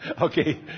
Okay